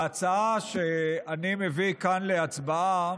ההצעה שאני מביא כאן להצבעה,